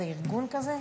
זה ארגון כזה?